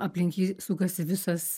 aplink jį sukasi visas